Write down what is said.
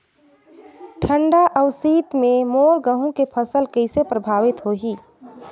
ठंडा अउ शीत मे मोर गहूं के फसल कइसे प्रभावित होही?